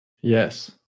Yes